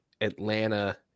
Atlanta